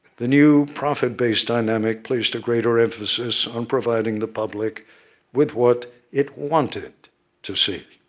the new profit-based dynamic placed a greater emphasis on providing the public with what it wanted to see.